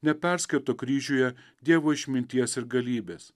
neperskaito kryžiuje dievo išminties ir galybės